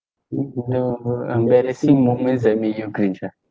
oo the embarrassing moments that make you cringe ah